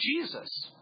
Jesus